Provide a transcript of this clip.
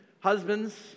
Husbands